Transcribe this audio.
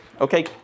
Okay